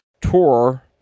tour